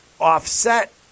offset